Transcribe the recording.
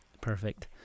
Perfect